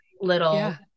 little